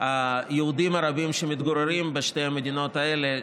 היהודים הרבים שמתגוררים בשתי המדינות האלה,